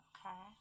Okay